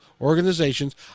organizations